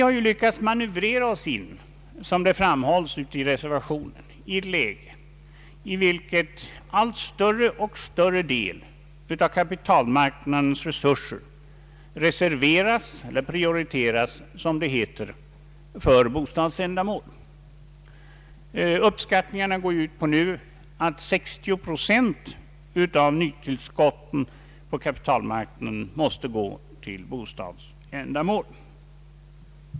Svenska folket har — såsom framhålles i reservationen — lyckats manövrera oss in i ett läge som innebär att en allt större del av kapitalmarknadens resurser reserveras eller, som det heter, prioriteras för bostadsändamål Det anses i dagens läge att 60 procent av nytillskotten på kapitalmarknaden måste gå till bostadsändamål.